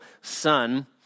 son